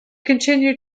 continue